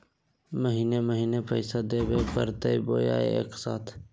महीने महीने पैसा देवे परते बोया एके साथ?